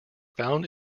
found